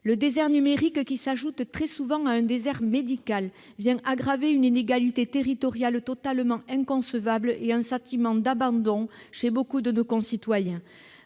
Le désert numérique, qui s'ajoute très souvent à un désert médical, aggrave une inégalité territoriale totalement inconcevable et un sentiment d'abandon chez nombre de nos concitoyens.